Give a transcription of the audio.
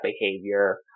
behavior